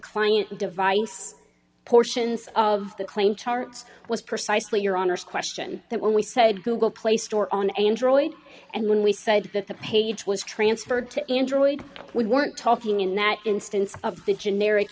client device portions of the claim charts was precisely your honour's question that when we said google play store on android and when we said that the page was transferred to android we weren't talking in that instance of the generic